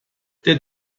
der